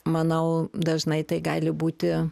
manau dažnai tai gali būti